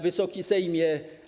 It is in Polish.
Wysoki Sejmie!